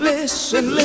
Listen